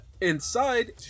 inside